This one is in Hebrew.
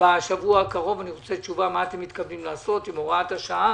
בשבוע הקרוב, מה אתם מתכוונים לעשות עם הוראת השעה